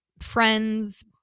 friends